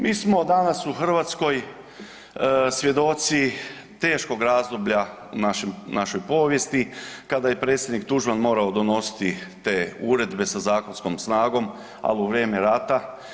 Mi smo danas u Hrvatskoj svjedoci teškog razdoblja u našem, u našoj povijesti kada je predsjednik Tuđman morao donositi te uredbe sa zakonskom snagom, al u vrijeme rata.